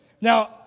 Now